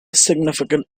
significant